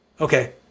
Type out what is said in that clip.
Okay